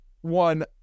one